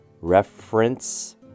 reference